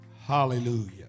Hallelujah